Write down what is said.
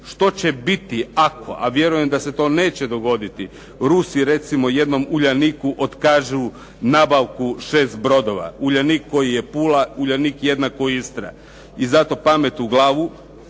što će biti ako, a vjerujem da se to neće dogoditi, Rusi jednom "Uljaniku" otkažu nabavku 6 brodova. "Uljanik" koji je Pula, "Uljanik" jednako Istra. I zato pamet u glavu,